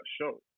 show